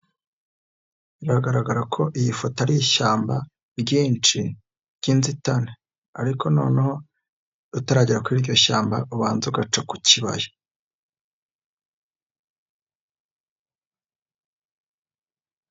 Biragaragara ko, iyi foto ari ishyamba ryinshi ry'inzitane, ariko noneho utaragera kuri iryo shyamba, ubanza ugaca ku kibaya.